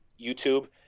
YouTube